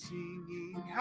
Singing